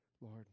Lord